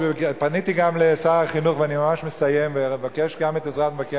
אם הממונה על פניות הציבור צריך לטפל בזה או המבקרים צריכים לטפל בזה.